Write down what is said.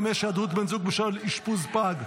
65), התשפ"ה 2025, היעדרות בן זוג בשל אשפוז פג,